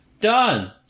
Done